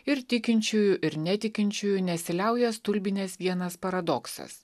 ir tikinčiųjų ir netikinčiųjų nesiliauja stulbinęs vienas paradoksas